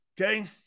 Okay